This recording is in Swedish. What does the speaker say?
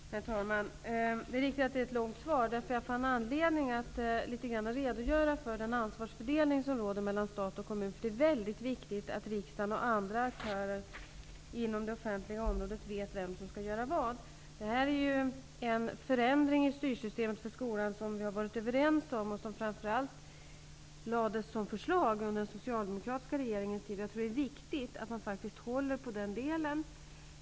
Herr talman! Det är riktigt att mitt svar var långt, därför att jag fann anledning att litet grand redogöra för den ansvarsfördelning som råder mellan stat och kommun. Det är nämligen väldigt viktigt att riksdagen och andra aktörer inom det offentliga området vet vem som skall göra vad. Detta är en förändring i styrsystemet för skolan som vi har varit överens om och som framför allt lades fram som förslag under den socialdemokratiska regeringens tid. Jag tror att det är viktigt att man håller fast vid detta.